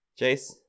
Jace